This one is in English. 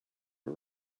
are